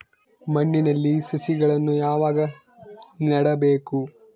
ಮಣ್ಣಿನಲ್ಲಿ ಸಸಿಗಳನ್ನು ಯಾವಾಗ ನೆಡಬೇಕು?